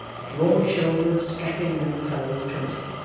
a broad-shouldered strapping young fellow of twenty,